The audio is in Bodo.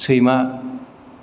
सैमा